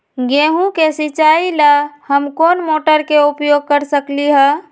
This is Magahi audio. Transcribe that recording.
गेंहू के सिचाई ला हम कोंन मोटर के उपयोग कर सकली ह?